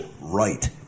right